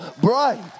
bright